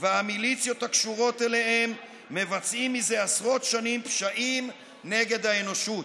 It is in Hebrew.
והמיליציות הקשורות אליהם מבצעים זה עשרות שנים פשעים נגד האנושות.